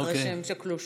אחרי שהם שקלו שוב.